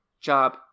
job